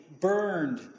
burned